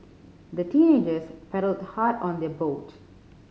the teenagers paddled hard on their boat